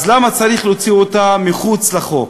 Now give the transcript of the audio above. אז למה צריך להוציא אותה מחוץ לחוק?